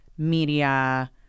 Media